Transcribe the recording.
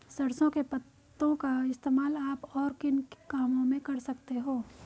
सरसों के पत्तों का इस्तेमाल आप और किन कामों में कर सकते हो?